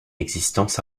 existence